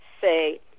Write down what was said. say